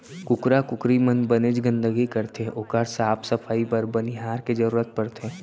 कुकरा कुकरी मन बनेच गंदगी करथे ओकर साफ सफई बर बनिहार के जरूरत परथे